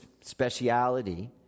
speciality